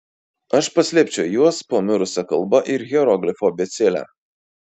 aš paslėpčiau juos po mirusia kalba ir hieroglifų abėcėle